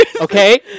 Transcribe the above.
Okay